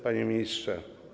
Panie Ministrze!